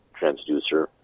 transducer